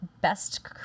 best